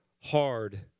hard